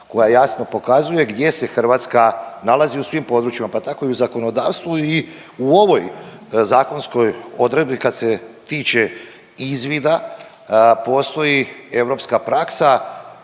koja jasno pokazuje gdje se Hrvatska nalazi u svim područjima pa tako i u zakonodavstvu i u ovoj zakonskoj odredbi kad se tiče izvida postoji europska praksa